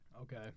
Okay